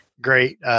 great –